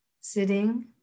sitting